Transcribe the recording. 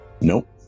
Nope